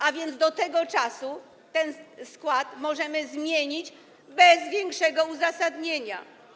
A więc do tego czasu ten skład możemy zmienić bez większego uzasadnienia.